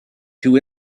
two